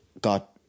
got